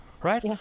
right